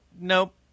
Nope